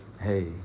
Hey